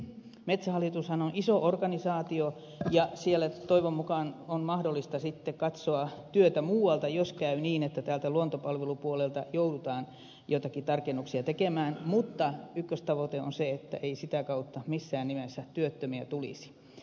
metsähallitushan on iso organisaatio ja siellä toivon mukaan on mahdollista sitten katsoa työtä muualta jos käy niin että täältä luontopalvelupuolelta joudutaan joitakin tarkennuksia tekemään mutta ykköstavoite on se että ei sitä kautta missään nimessä työttömiä tulisi